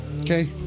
Okay